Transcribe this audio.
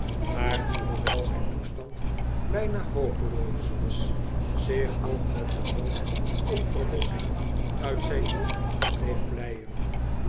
maar die hoewel zijn toestand bijna hopeloos was zich nog met de hoop op verlossing uit zijn nood bleef vleien